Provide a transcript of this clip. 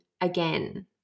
again